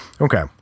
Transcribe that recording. okay